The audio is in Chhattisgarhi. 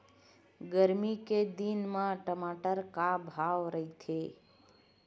गरमी के दिन म टमाटर का भाव रहिथे?